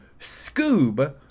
Scoob